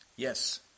Yes